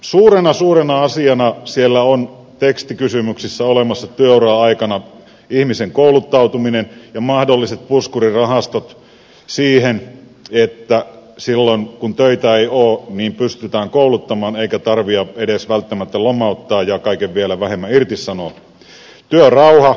suurena suurena asiana siellä on tekstikysymyksissä olemassa työuran aikana ihmisen kouluttautuminen ja mahdolliset puskurirahastot siihen että silloin kun töitä ei ole pystytään kouluttamaan eikä tarvitse edes välttämättä lomauttaa ja kaikkein vähiten vielä irtisanoa